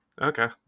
okay